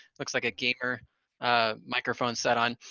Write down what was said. looks like a gamer microphone set on.